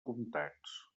comptats